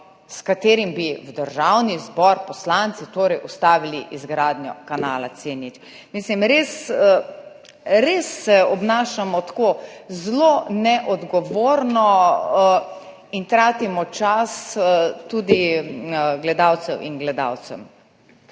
s katerim bi v Državnem zboru poslanci ustavili izgradnjo kanala C0. Mislim, res se obnašamo tako zelo neodgovorno in tratimo čas tudi gledalkam in gledalcem.